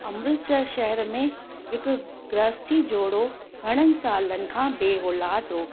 अमृतसर शहर में हिकु गृहस्थी जोड़ो घणनि सालनि खां बेऔलादु हुओ